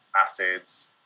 acids